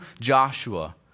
Joshua